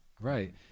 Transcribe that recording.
Right